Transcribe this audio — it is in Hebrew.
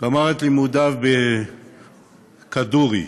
לימודיו ב"כדורי"